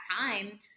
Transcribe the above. time